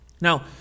now